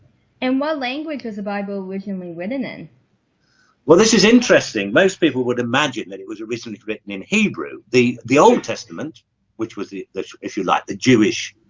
and my language was a bible wittingly women in well, this is interesting most people would imagine that it was originally written in hebrew the the old testament which was if you like the jewish